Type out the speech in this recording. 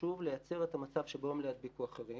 חשוב לייצר את המצב שבו הם לא ידביקו אחרים.